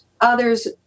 others